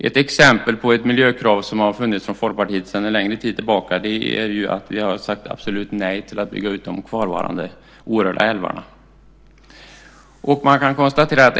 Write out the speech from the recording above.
Ett exempel på ett miljökrav som Folkpartiet har drivit sedan en längre tid tillbaka är ett absolut nej till att bygga ut de kvarvarande orörda älvarna.